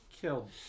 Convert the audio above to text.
killed